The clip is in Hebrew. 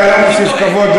אתה לא מוסיף כבוד,